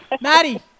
Maddie